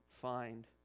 find